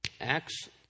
Acts